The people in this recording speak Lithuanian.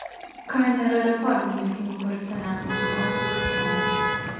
kaina yra rekordinė kinų porcelianui nurodė aukcionas